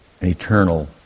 eternal